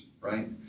right